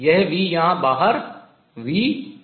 यह v यहाँ बाहर vwave है